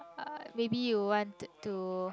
uh maybe you want to